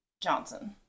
Johnson